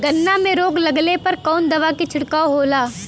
गन्ना में रोग लगले पर कवन दवा के छिड़काव होला?